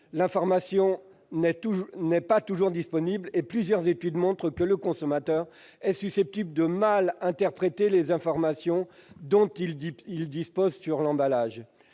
l'information n'est pas toujours disponible et plusieurs études montrent que le consommateur est susceptible de mal interpréter les informations dont il dispose sur l'emballage.